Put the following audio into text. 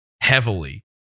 heavily